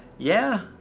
yeah,